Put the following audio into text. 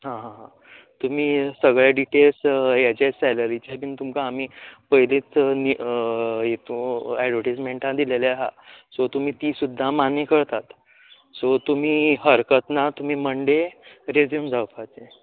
हां हां हां तुमी सगळें डिटेल्स हेचे सेलेरिचे बिन तुमकां आमी पयलीच हितून अडवर्टिसमेंटा दिलेले आसा सो तुमी ती सुद्दां मान्य करतात सो तुमी हरकत ना तुमी मंडे रेज्यूम जावपाचे